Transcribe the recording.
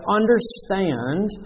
understand